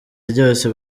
ryose